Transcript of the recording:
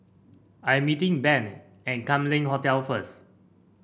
I'm meeting Ben at Kam Leng Hotel first